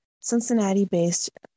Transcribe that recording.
Cincinnati-based